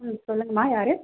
ம் சொல்லுங்கம்மா யார்